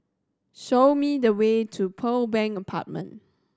show me the way to Pearl Bank Apartment